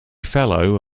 fellow